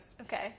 Okay